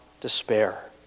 despair